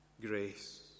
grace